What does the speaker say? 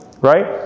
right